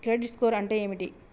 Credit score అంటే ఏమిటి?